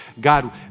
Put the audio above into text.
God